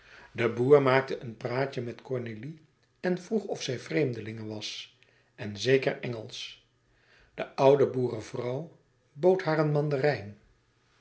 de boer maakte een praatje met cornélie en vroeg of zij vreemdelinge was en zeker engelsch de oude boerevrouw bood haar een